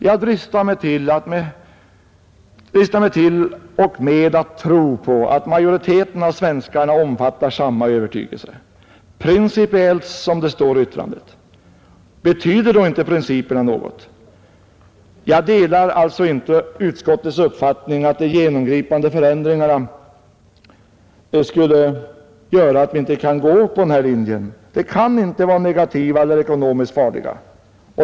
Jag dristar mig t.o.m. att tro att majoriteten av svenskarna omfattar samma övertygelse — principiellt, som det står i yttrandet. Betyder då inte principerna något? Jag delar alltså inte utskottets uppfattning att de genomgripande förändringarna skulle göra att vi inte kan gå på den här linjen. Förändringarna kan inte vara negativa eller ekonomiskt farliga.